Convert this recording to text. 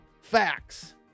facts